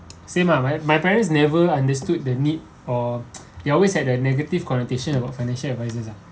same lah my my parents never understood the need or they always had a negative connotation about financial advisors ah